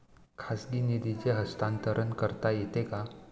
खाजगी निधीचे हस्तांतरण करता येते का?